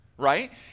Right